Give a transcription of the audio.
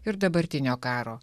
ir dabartinio karo